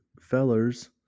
fellers